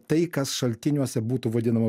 tai kas šaltiniuose būtų vadinama